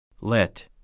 let